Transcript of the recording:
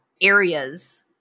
areas